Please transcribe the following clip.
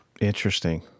Interesting